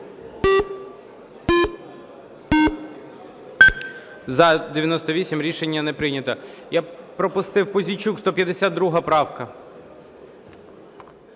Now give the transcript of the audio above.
За-98 Рішення не прийнято. Я пропустив. Пузійчук, 152 правка.